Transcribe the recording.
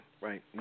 right